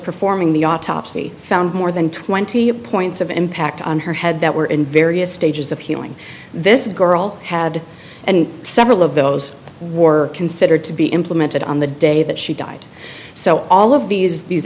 performing the autopsy found more than twenty two points of impact on her head that were in various stages of healing this girl had and several of those were considered to be implemented on the day that she died so all of these these